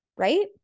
right